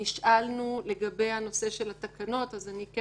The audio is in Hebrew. נשאלנו לגבי הנושא של התקנות אז אני כן